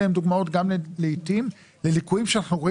אלה הן דוגמאות לעתים לליקויים שאנחנו רואים